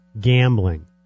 gambling